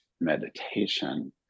meditation